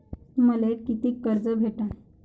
मले कितीक कर्ज भेटन?